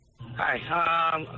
Hi